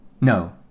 no